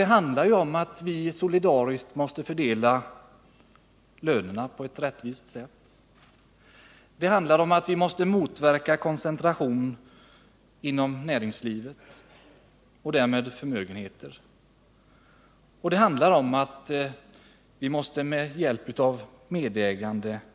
Det handlar om att vi solidariskt måste fördela lönerna på ett rättvist sätt och att vi måste motverka koncentration inom näringslivet, dvs. förmögenhetsbildning. Vi måste med hjälp av medägande också